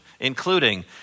including